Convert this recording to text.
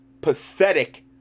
pathetic